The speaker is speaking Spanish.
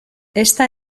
esta